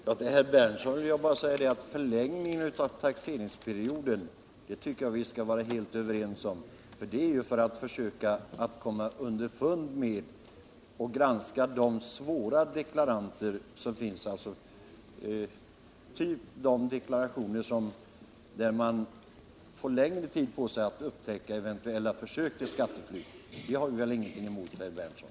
Herr talman! Till herr Berndtson vill jag bara säga att förlängningen av taxeringsperioden är någonting som vi bör kunna vara överens om. Den åtgärden vidtas för att man skall kunna granska de svåra deklarationerna bättre. Man får längre tid på sig att upptäcka eventuella försök till skatteflykt. Det har ni väl ingenting emot, herr Berndtson?